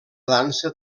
dansa